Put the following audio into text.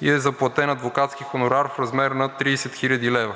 и е заплатен адвокатски хонорар в размер на 30 хил. лв.